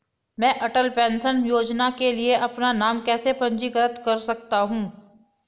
मैं अटल पेंशन योजना के लिए अपना नाम कैसे पंजीकृत कर सकता हूं?